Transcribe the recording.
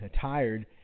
tired